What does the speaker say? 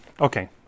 Okay